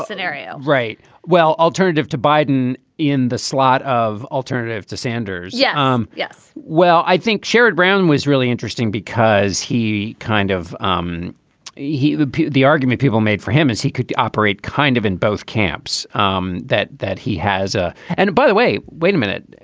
scenario, right? well, alternative to biden in the slot of alternative to sanders. yeah. um yes. well, i think sherrod brown was really interesting because he kind of um he he the the argument people made for him is he could operate kind of in both camps um that that he has. ah and by the way. wait a minute.